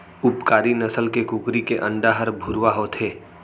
उपकारी नसल के कुकरी के अंडा हर भुरवा होथे